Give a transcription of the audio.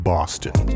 Boston